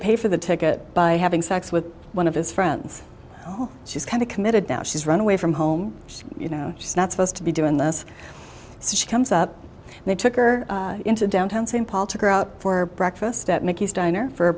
to pay for the ticket by having sex with one of his friends oh she's kind of committed now she's run away from home you know she's not supposed to be doing this so she comes up they took her into downtown st paul took her out for breakfast at mickey's diner for her